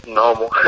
normal